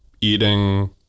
eating